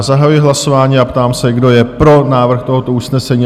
Zahajuji hlasování a ptám se, kdo je pro návrh tohoto usnesení?